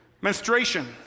Menstruation